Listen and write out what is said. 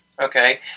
Okay